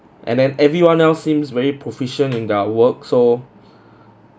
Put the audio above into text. and then everyone else seems very proficient in their work so